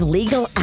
legal